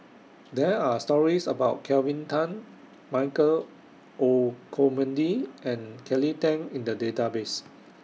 There Are stories about Kelvin Tan Michael Olcomendy and Kelly Tang in The Database